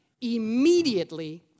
immediately